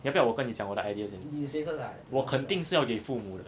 你要不要我跟你讲我的 idea 先我肯定是要给父母